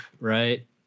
right